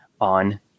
on